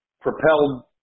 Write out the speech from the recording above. propelled